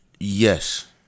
Yes